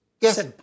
yes